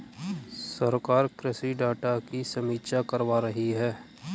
सरकार कृषि डाटा की समीक्षा करवा रही है